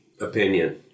Opinion